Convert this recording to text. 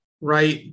right